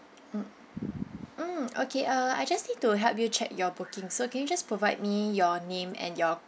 mm mm okay uh I just need to help you check your booking so can you just provide me your name and your